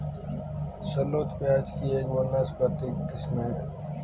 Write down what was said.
shallot प्याज़ की एक वानस्पतिक किस्म है